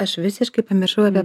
aš visiškai pamiršau apie